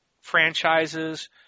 franchises